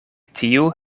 tiu